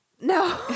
No